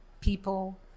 people